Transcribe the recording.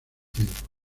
tiempo